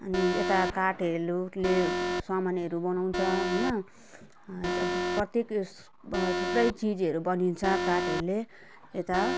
अनि यता काठ हरूले सामानहरू बनाउँछ होइन प्रत्येक थुप्रै चिजहरू बनिन्छ काठहरूले यता